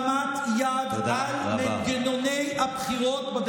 עוד חמש שנים זה ייכנס לתוקף.